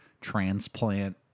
transplant